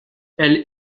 elle